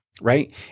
right